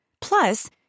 Plus